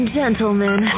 gentlemen